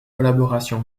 collaboration